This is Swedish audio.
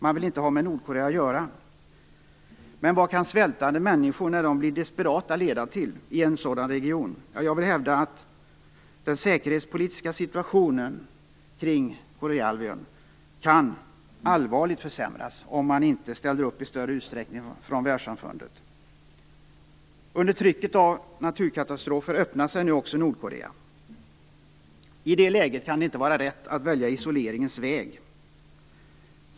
Man vill inte ha med Nordkorea att göra. Men vad kan en situation med svältande människor leda till i en sådan region när dessa människor blir desperata? Jag vill hävda att den säkerhetspolitiska situationen kring Koreahalvön allvarligt kan försämras om man inte från världssdamfundets sida ställer upp i större utsträckning. Under trycket av naturkatastrofer öppnar sig nu också Nordkorea. I det läget kan det inte vara rätt att välja isoleringens väg.